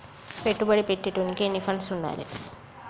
పెట్టుబడి పెట్టేటోనికి ఎన్ని ఫండ్స్ ఉండాలే?